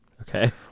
Okay